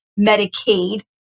Medicaid